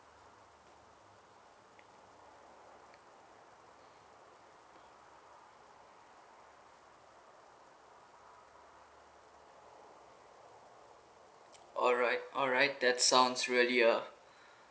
alright alright that sounds really uh